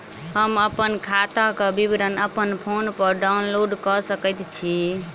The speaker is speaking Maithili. हम अप्पन खाताक विवरण अप्पन फोन पर डाउनलोड कऽ सकैत छी?